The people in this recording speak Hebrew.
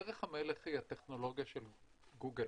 דרך המלך היא הטכנולוגיה של גוגל-אפל,